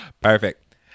Perfect